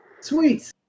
Sweet